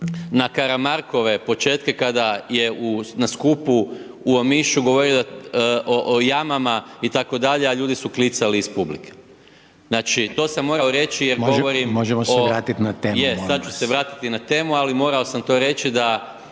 na Karamarkove početke kada je na skupu u Omišu govorio o jamama itd., a ljudi su klicali iz publike. Znači to sam morao reći jer govorim o… …/Upadica Reiner: Možemo se vratiti na temu,